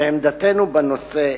ועמדתנו בנושא,